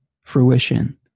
fruition